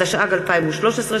התשע"ג 2013,